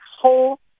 whole